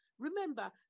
Remember